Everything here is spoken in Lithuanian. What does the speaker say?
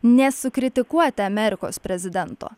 nesukritikuoti amerikos prezidento